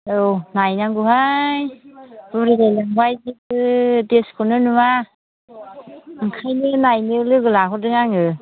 औ नायनांगौहाय बुरिलायलांबाय जेबो देसखौनो नुवा ओंखायनो नायनो लोगो लाहरदों आङो